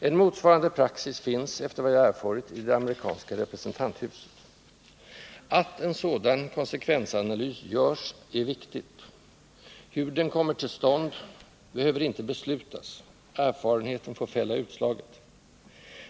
En motsvarande praxis finns, efter vad jag erfarit, i det amerikanska representanthuset. Att en sådan konsekvensanalys görs är viktigt. Hur den kommer till stånd behöver det inte beslutas om; erfarenheten får fälla utslaget.